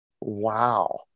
Wow